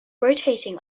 rotating